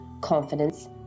confidence